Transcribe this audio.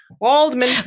Waldman